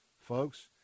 Folks